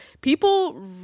people